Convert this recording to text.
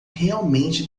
realmente